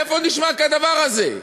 איפה נשמע כדבר הזה?